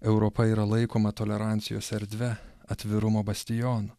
europa yra laikoma tolerancijos erdve atvirumo bastionu